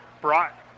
brought